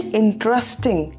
interesting